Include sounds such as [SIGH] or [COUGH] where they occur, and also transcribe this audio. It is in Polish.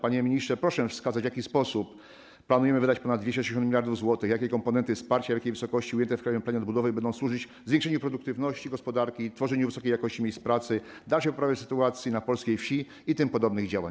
Panie ministrze, proszę wskazać, w jaki sposób planujemy wydać ponad 260 mld zł, jakie komponenty wsparcia, w jakiej wysokości ujęte w krajowym planie odbudowy będą służyć zwiększeniu produktywności [NOISE] gospodarki i tworzeniu wysokiej jakości miejsc pracy, dalszej poprawie sytuacji na polskiej wsi i tym podobnym działaniom.